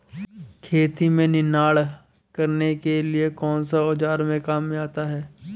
खेत में निनाण करने के लिए कौनसा औज़ार काम में आता है?